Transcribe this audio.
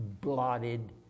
blotted